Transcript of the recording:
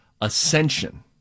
Ascension